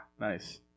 Nice